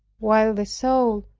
while the soul,